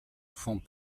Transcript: font